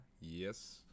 Yes